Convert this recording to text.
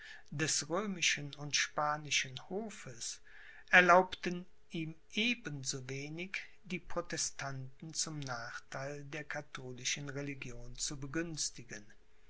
des römischen und spanischen hofes erlaubten ihm eben so wenig die protestanten zum nachtheil der katholischen religion zu begünstigen